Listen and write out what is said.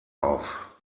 auf